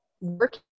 working